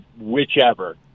whichever